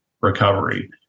recovery